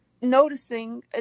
noticing